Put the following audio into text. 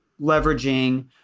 leveraging